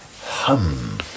Hum